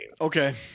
Okay